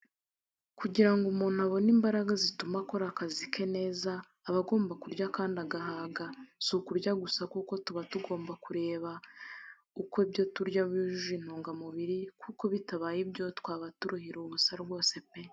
Kugira ngo umuntu abone imbaraga zituma akora akazi ke neza, aba agomba kurya kandi agahaga. Si ukurya gusa kuko tuba tugomba kureba ko ibyo turya byuje intungamubiri, kuko bitabaye ibyo twaba turuhira ubusa rwose pe!